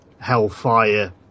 Hellfire